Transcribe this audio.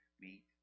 meet